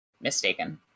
mistaken